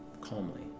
calmly